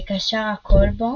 וקשר ה"כלבו"